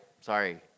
sorry